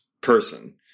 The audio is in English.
person